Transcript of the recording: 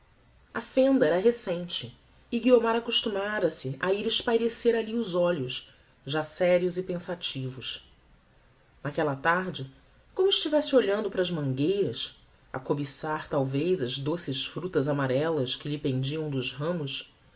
a fenda era recente e guiomar acostumára se a ir espairecer alli os olhos já serios e pensativos naquella tarde como estivesse olhando para as mangueiras a cobiçar talvez as doces fructas amarellas que lhe pendiam dos ramos